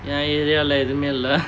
ya area lah ஏதுமே இல்ல:ethumae illa